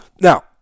Now